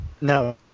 No